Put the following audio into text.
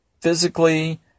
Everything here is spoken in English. physically